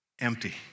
Empty